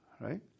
right